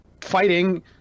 fighting